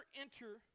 enter